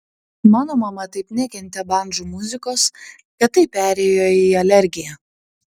mano mama taip nekentė bandžų muzikos kad tai perėjo į alergiją